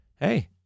Hey